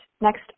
next